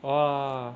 orh !wah!